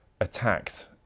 attacked